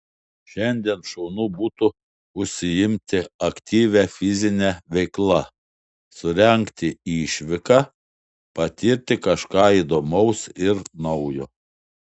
šiandien šaunu būtų užsiimti aktyvia fizine veikla surengti išvyką patirti kažką įdomaus ir naujo